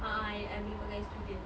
a'ah I boleh pakai student